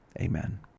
Amen